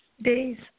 Days